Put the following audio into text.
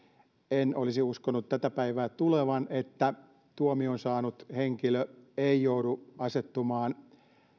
en olisi uskonut tätä päivää tulevan että tuomion saanut henkilö ei joudu asettumaan